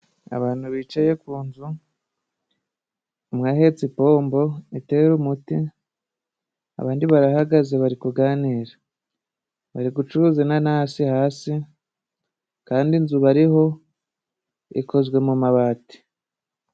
Abantu bicaye ku nzu, umwe ahetse ipombo itera umuti, abandi barahagaze bari kuganira. Bari gucuruza inanasi hasi, kandi inzu bariho ikozwe mu mabati.